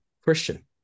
Christian